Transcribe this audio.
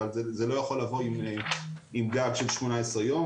אבל זה לא יכול לבוא עם גג של 18 יום.